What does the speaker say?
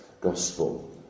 Gospel